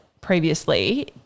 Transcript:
previously